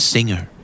Singer